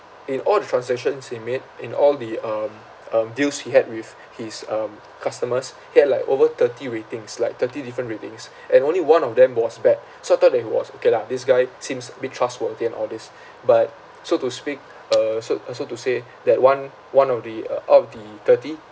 in all the transactions he made in all the um um deals he had with his um customers he had like over thirty ratings like thirty different ratings and only one of them was bad so I thought that it was okay lah this guy seems a bit trustworthy and all these but so to speak uh so uh so to say that one one of the uh out of the thirty